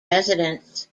residents